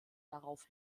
darauf